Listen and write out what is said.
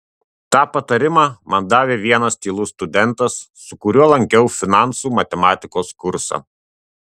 tą patarimą man davė vienas tylus studentas su kuriuo lankiau finansų matematikos kursą